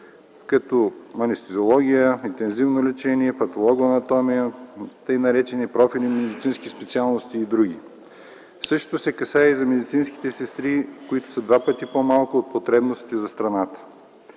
като „Анестезиология”, „Интензивно лечение”, „Патологоанатомия”, от така наречени профилни медицински специалности и др. Същото се отнася и за медицинските сестри, които са два пъти по-малко от потребностите за страната.